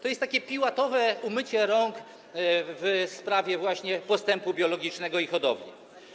To jest takie piłatowe umycie rąk w sprawie właśnie postępu biologicznego i hodowli.